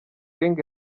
gang